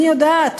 מי יודעת,